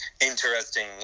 interesting